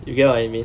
you get what I mean